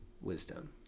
wisdom